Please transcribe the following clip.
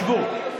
שבו.